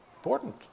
Important